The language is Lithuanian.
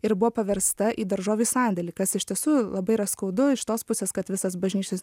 ir buvo paversta į daržovių sandėlį kas iš tiesų labai yra skaudu iš tos pusės kad visas bažnyčios